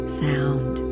sound